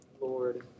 Lord